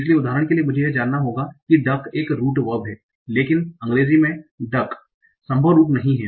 इसलिए उदाहरण के लिए मुझे यह जानना होगा कि duck एक रूट वर्ब है लेकिन अंग्रेजी में duckl संभव रूट नहीं है